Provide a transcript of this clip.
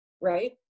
right